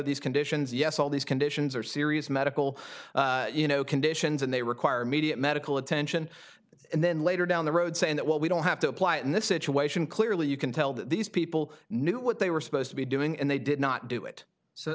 these conditions yes all these conditions are serious medical conditions and they require immediate medical attention and then later down the road saying that well we don't have to apply in this situation clearly you can tell that these people knew what they were supposed to be doing and they did not do it so